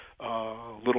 little